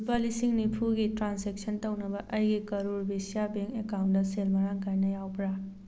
ꯂꯨꯄꯥ ꯂꯤꯁꯤꯡ ꯅꯤꯝꯐꯨꯒꯤ ꯇ꯭ꯔꯥꯟꯁꯦꯛꯁꯟ ꯇꯧꯅꯕ ꯑꯩꯒꯤ ꯀꯔꯨꯔ ꯚꯤꯁ꯭ꯌꯥ ꯕꯦꯡ ꯑꯦꯀꯥꯎꯟꯗ ꯁꯦꯜ ꯃꯔꯥꯡ ꯀꯥꯏꯅ ꯌꯥꯎꯕ꯭ꯔꯥ